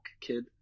kid